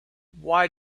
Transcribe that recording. why